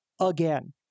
again